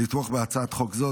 לתמוך בהצעת חוק זו.